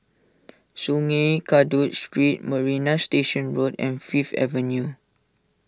Sungei Kadut Street Marina Station Road and Fifth Avenue